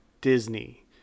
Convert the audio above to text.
Disney